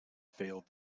failed